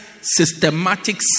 systematic